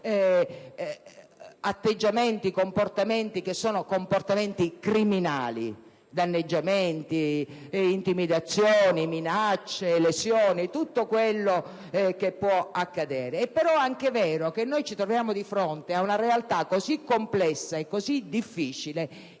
atteggiamenti e comportamenti criminali, come danneggiamenti, intimidazioni, minacce, lesioni e tutto quello che può accadere. È però anche vero che ci troviamo di fronte ad una realtà così complessa e così difficile che